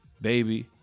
Baby